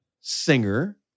singer